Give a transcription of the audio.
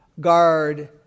Guard